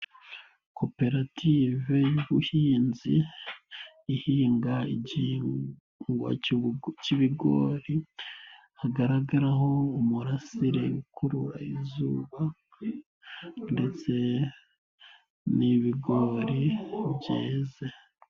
Koperative y'ubuhinzi ihinga igihingwa cy'ibigori hagaragaraho umurasire ukurura izuba ndetse n'ibigori byeze.